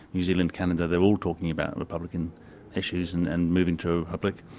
new zealand, canada, they're all talking about and republican issues and and moving to a republic.